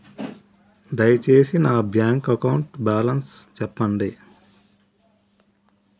దయచేసి నా bank account balance చెప్పండి